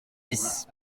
bis